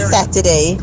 Saturday